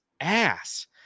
ass